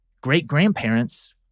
Great-grandparents